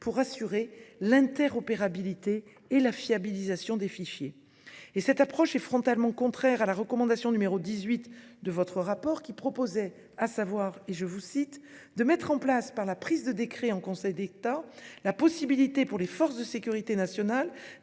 pour assurer l'interopérabilité et la fiabilisation des fichiers. De plus, cette approche est frontalement contraire à la recommandation n° 18 de votre rapport d'information, qui visait à « mettre en place, par la prise de décrets en Conseil d'État, la possibilité pour les forces de sécurité nationale